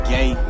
Gay